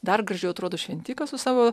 dar gražiau atrodo šventikas su savo